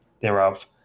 thereof